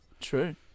True